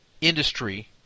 industry